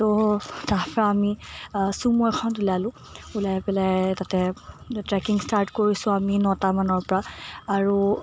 আৰু তাৰপৰা আমি চুমো এখনত ওলালো ওলাই পেলাই তাতে ট্ৰেকিং ষ্টাৰ্ট কৰিছোঁ আমি নটা মানৰ পৰা আৰু